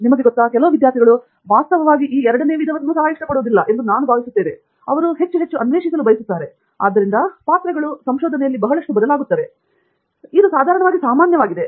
ನಿಮಗೆ ಗೊತ್ತಾ ಕೆಲವು ವಿದ್ಯಾರ್ಥಿಗಳು ವಾಸ್ತವವಾಗಿ ಎರಡನೆಯ ವಿಧವನ್ನೂ ಸಹ ಇಷ್ಟಪಡುವುದಿಲ್ಲ ಎಂದು ನಾನು ಭಾವಿಸುತ್ತೇನೆ ಅವರು ಹೆಚ್ಚು ಅನ್ವೇಷಿಸಲು ಬಯಸುತ್ತಾರೆ ಆದ್ದರಿಂದ ಪಾತ್ರಗಳು ಬಹಳಷ್ಟು ಬದಲಾಗುತ್ತದೆ ಆದರೆ ಇದು ಸಾಧಾರಣವಾಗಿ ಸಾಮಾನ್ಯವಾಗಿದೆ